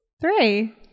Three